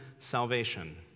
salvation